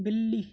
بلی